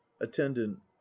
Attendant